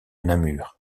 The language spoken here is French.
namur